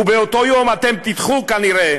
ובאותו יום אתם תדחו כנראה